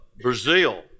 Brazil